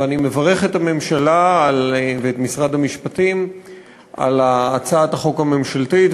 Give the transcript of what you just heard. ואני מברך את הממשלה ואת משרד המשפטים על הצעת החוק הממשלתית.